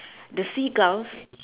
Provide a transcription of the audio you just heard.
the seagulls